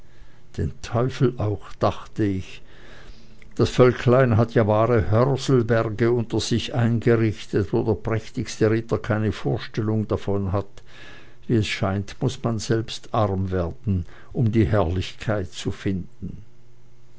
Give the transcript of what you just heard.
den teufel auch dachte ich das völklein hat ja wahre hörselberge unter sich eingerichtet wo der prächtigste ritter keine vorstellung davon hat wie es scheint muß man selbst arm werden um die herrlichkeit zu finden